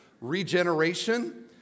regeneration